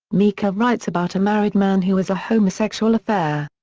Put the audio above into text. mika writes about a married man who has a homosexual affair.